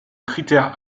critère